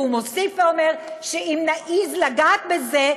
והוא מוסיף ואומר שאם נעז לגעת בזה,